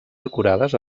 decorades